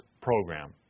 program